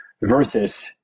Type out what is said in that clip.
versus